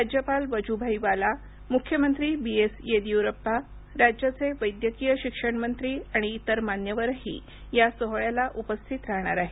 राज्यपाल वजुभाई वाला मुख्यमंत्री बीएस येदियुरप्पा राज्याचे वैद्यकीय शिक्षणमंत्री आणि इतर मान्यवरही या सोहळ्याला उपस्थित राहणार आहेत